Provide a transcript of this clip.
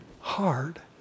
hard